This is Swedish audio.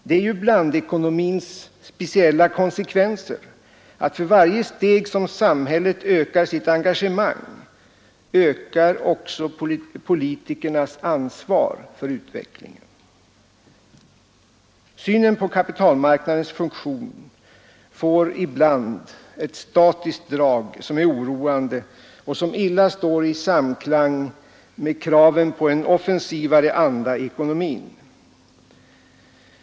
Det är blandekonomins konsekvens att för varje steg samhället ökar sitt engagemang ökar också politikernas ansvar för utvecklingen. Synen på kapitalmarknadens funktion får ibland ett statiskt drag som är oroande och som står i dålig samklang med kraven på en offensivare anda i ekonomin.